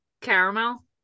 Caramel